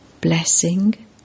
Blessing